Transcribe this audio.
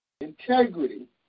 Integrity